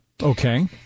Okay